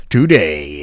Today